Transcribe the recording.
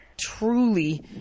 truly